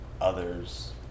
others